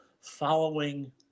following